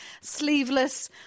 sleeveless